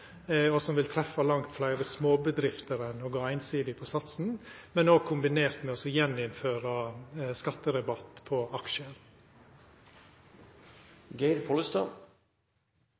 og som vil treffa langt fleire småbedrifter enn om ein går einsidig på satsen – men kombinert med å gjeninnføra skatterabatt på